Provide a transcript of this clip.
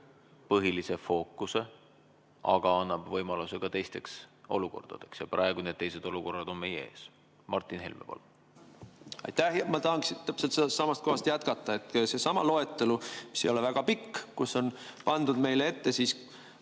põhilise fookuse, aga annab võimaluse ka teisteks olukordadeks. Ja praegu need teised olukorrad on meie ees. Martin Helme, palun! Aitäh! Ma tahaksin täpselt samast kohast jätkata. Seesama loetelu, mis ei ole väga pikk, kus on pandud meile ette kaks